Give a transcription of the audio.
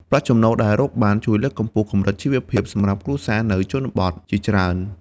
ប្រាក់ចំណូលដែលរកបាន ជួយលើកកម្ពស់កម្រិតជីវភាពសម្រាប់គ្រួសារនៅជនបទជាច្រើន។